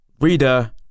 Reader